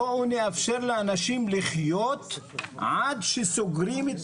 בואו נאפשר לאנשים לחיות עד שסוגרים את